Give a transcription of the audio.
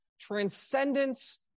transcendence